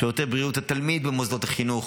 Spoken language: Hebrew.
שירותי בריאות התלמיד במוסדות החינוך,